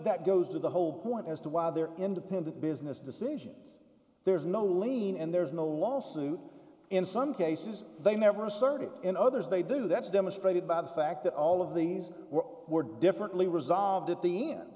that goes to the whole point as to why they're independent business decisions there's no lean and there's no lawsuit in some cases they never serve it and others they do that's demonstrated by the fact that all of these were differently resolved